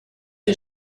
der